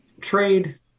trade